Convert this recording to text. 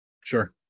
Sure